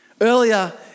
Earlier